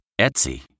Etsy